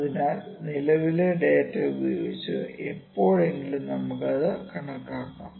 അതിനാൽ നിലവിലെ ഡാറ്റ ഉപയോഗിച്ച് എപ്പോഴെങ്കിലും നമുക്ക് ഇത് കണക്കാക്കാം